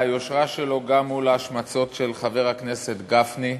והיושרה שלו גם מול ההשמצות של חבר הכנסת גפני,